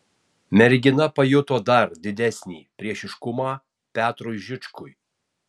mergina pajuto dar didesnį priešiškumą petrui žičkui